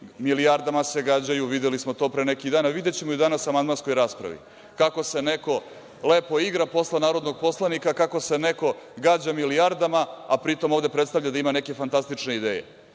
milijardama se gađaju. Videli smo to pre neki dan, a videćemo i danas u amandmanskoj raspravi, kako se neko lepo igra posle narodnog poslanika, kako se neko gađa milijardama, a pri tom ovde predstavlja da ima neke fantastične ideje. Neka